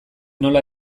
nola